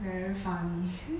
very funny